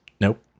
Nope